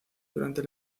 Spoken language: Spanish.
durante